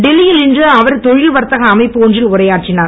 டெல்லியில் இன்று அவர் தொழில்வர்த்தக அமைப்பு ஒன்றில் உரையாற்றினார்